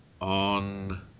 on